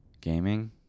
Gaming